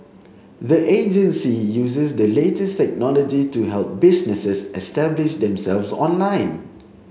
the agency uses the latest technology to help businesses establish themselves online